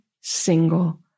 single